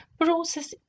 process